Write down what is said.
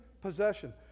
possession